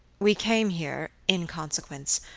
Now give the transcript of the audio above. we came here, in consequence,